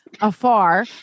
afar